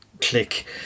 click